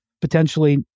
potentially